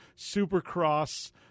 Supercross